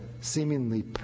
seemingly